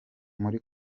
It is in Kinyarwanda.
muri